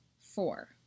four